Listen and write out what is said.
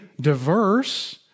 diverse